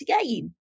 again